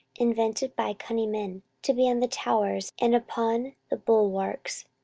invented by cunning men, to be on the towers and upon the bulwarks,